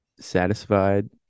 satisfied